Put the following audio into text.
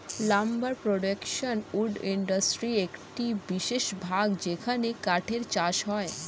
lumber production wood ইন্ডাস্ট্রির একটি বিশেষ ভাগ যেখানে কাঠের চাষ হয়